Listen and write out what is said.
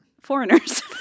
Foreigners